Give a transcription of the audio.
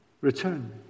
return